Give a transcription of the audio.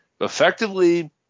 effectively